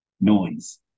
noise